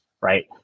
right